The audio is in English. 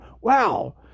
Wow